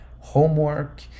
homework